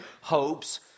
hopes